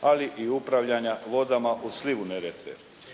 ali i upravljanja vodama u slivu Neretve